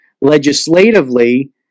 Legislatively